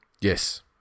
Yes